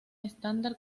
estándar